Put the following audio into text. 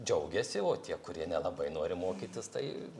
džiaugiasi o tie kurie nelabai nori mokytis tai